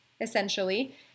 Essentially